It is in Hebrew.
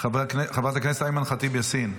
חברת הכנסת אימאן ח'טיב יאסין.